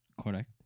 Correct